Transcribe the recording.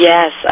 Yes